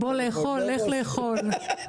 בוא לאכול, לך לאכול.